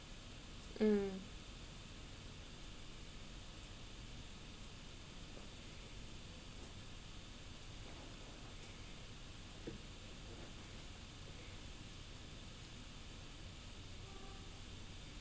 mm